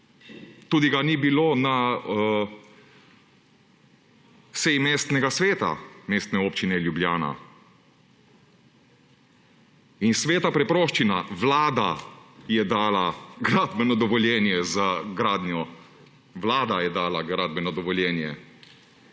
Tudi ga ni bilo na seji Mestnega sveta Mestne občine Ljubljana. In, sveta preproščina: Vlada je dala gradbeno dovoljenje za gradnjo, vlada je dala gradbeno dovoljenje!